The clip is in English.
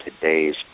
today's